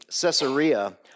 Caesarea